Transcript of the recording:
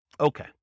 Okay